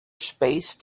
spaced